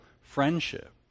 friendship